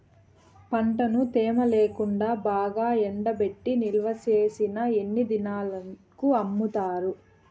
పంటను తేమ లేకుండా బాగా ఎండబెట్టి నిల్వచేసిన ఎన్ని దినాలకు అమ్ముతారు?